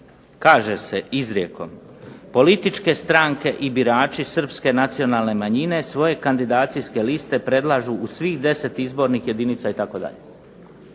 Kaže se izrijekom, političke stranke i birači Srpske nacionalne manjine svoje kandidacijske liste predlažu u svih 10 jedinica itd.